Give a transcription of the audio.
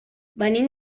venim